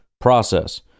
process